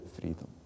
freedom